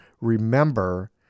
remember